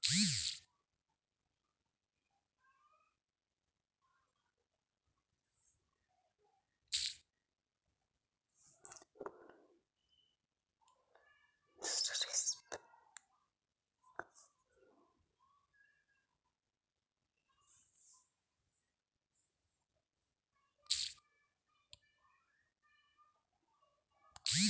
मला जून ते ऑगस्टपर्यंतचे माझे खाते विवरण दाखवाल का?